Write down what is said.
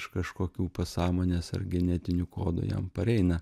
iš kažkokių pasąmonės ar genetinių kodų jam pareina